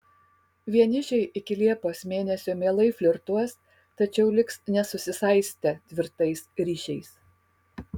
vienišiai iki liepos mėnesio mielai flirtuos tačiau liks nesusisaistę tvirtais ryšiais